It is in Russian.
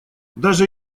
даже